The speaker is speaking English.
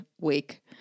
week